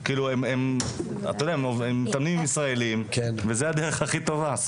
הם מתאמנים עם ישראלים וזאת הדרך ללמוד את השפה.